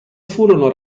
furono